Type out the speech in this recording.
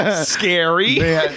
Scary